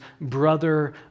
brother